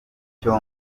icyo